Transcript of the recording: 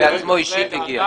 הוא בעצמו אישית הגיע.